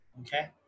okay